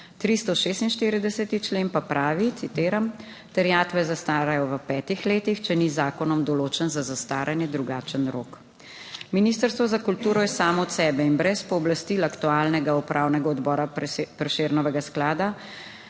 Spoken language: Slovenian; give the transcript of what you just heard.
pa pravi, citiram: terjatve zastarajo v petih letih, če ni z zakonom določen za zastaranje drugačen rok. Ministrstvo za kulturo je samo od sebe in brez pooblastil aktualnega Upravnega odbora Prešernovega sklada